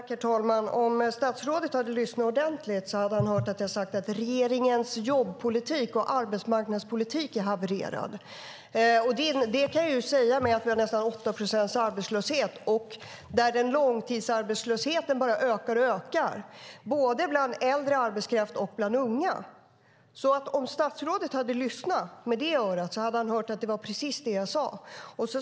Herr talman! Om statsrådet hade lyssnat ordentligt hade han hört att jag sade att regeringens jobbpolitik och arbetsmarknadspolitik har havererat. Det sade jag på grund av att vi har en arbetslöshet på nästan 8 procent, och långtidsarbetslösheten bara ökar och ökar både bland äldre arbetskraft och bland unga. Om statsrådet hade lyssnat med det örat hade han hört att det var det jag sade.